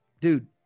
dude